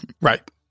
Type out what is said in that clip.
Right